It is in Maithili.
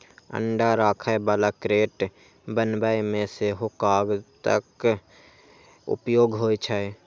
अंडा राखै बला क्रेट बनबै मे सेहो कागतक उपयोग होइ छै